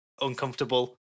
uncomfortable